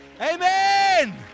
Amen